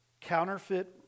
Counterfeit